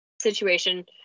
situation